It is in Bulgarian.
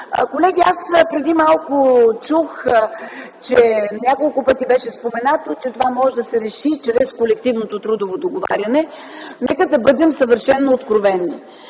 Колеги, преди малко чух – няколко пъти бе споменато, че това може да се реши чрез колективното трудово договаряне. Нека да бъдем съвършено откровени